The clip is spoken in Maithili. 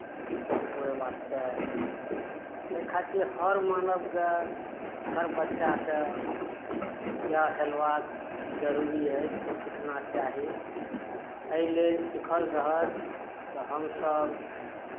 सिखबै वास्ते एहि खातिर हर मानवकेँ हर बच्चाके या हेलबाक जरूरी अछि सिखना चाही एहि लेल सीखल रहत तऽ हमसभ